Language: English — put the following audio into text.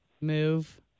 move